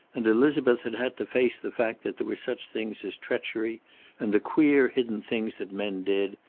and elizabeth had had to face the fact that there were such things as treachery and the queer hidden things that men did,